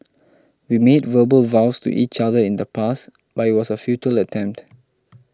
we made verbal vows to each other in the past but it was a futile attempt